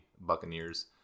Buccaneers